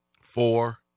four